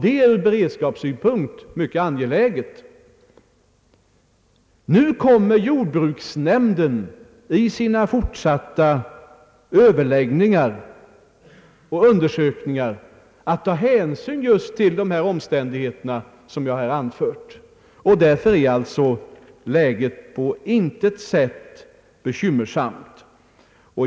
Det är ur beredskapssynpunkt mycket angeläget. Jordbruksnämnden kommer vid sina fortsatta överläggningar och undersökningar att ta hänsyn just till dessa frågor. Läget är därför på intet sätt bekymmersamt.